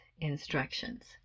instructions